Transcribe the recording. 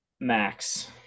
Max